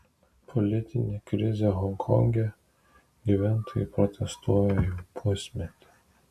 politinė krizė honkonge gyventojai protestuoja jau pusmetį